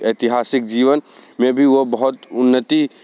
ऐतिहासिक जीवन में भी वो बहुत उन्नति